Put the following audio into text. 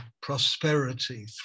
prosperity